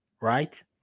right